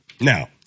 Now